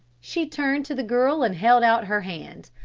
she turned to the girl and held out her hand.